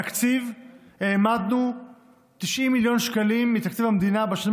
בתקציב העמדנו 90 מיליון שקלים מתקציב המדינה בשנים